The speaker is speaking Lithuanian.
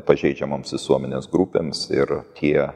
pažeidžiamoms visuomenės grupėms ir tie